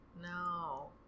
no